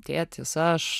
tėtis aš